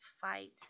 fight